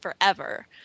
forever